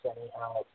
anyhow